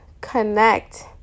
connect